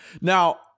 Now